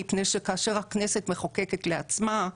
הוא מפני שכאשר הכנסת מחוקקת לעצמה,